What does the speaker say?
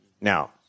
Now